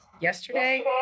yesterday